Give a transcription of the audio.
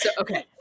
Okay